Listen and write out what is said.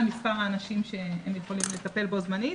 מספר האנשים שהם יכולים לטפל בו זמנית.